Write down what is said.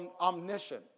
omniscient